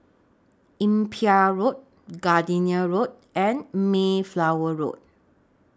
Imbiah Road Gardenia Road and Mayflower Road